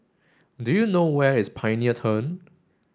do you know where is Pioneer Turn